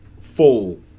full